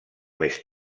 més